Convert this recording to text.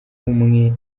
umwe